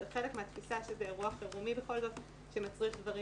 חלק מהתפיסה שזה אירוע חירומי בכל זאת שמצריך דברים